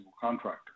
contractor